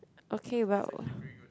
okay well